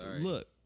look